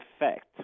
effect